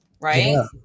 right